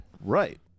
Right